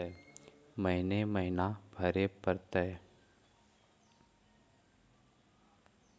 महिना महिना भरे परतैय?